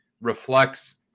reflects